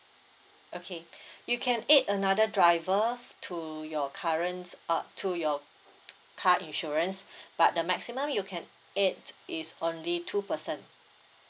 okay you can add another driver to your current uh to your car insurance but the maximum you can add is only two person